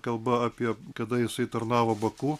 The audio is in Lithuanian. kalba apie kada jisai tarnavo baku